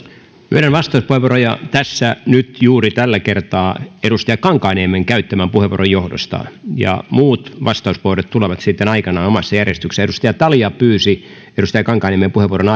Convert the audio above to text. pyydän vastauspuheenvuoroja nyt juuri tällä kertaa edustaja kankaanniemen käyttämän puheenvuoron johdosta muut vastauspuheenvuorot tulevat sitten aikanaan omassa järjestyksessään edustaja talja pyysi vastauspuheenvuoron jo edustaja kankaanniemen puheenvuoron